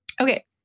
Okay